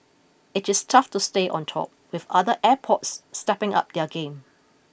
it is tough to stay on top with other airports stepping up their game